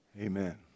Amen